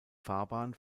fahrbahn